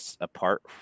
apart